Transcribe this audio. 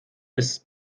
ist